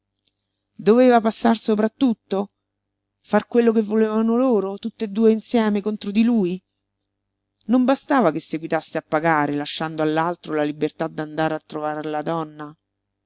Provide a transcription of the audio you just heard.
sopra a tutto far quello che volevano loro tutt'e due insieme contro di lui non bastava che seguitasse a pagare lasciando all'altro la libertà d'andare a trovar la donna